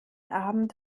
abend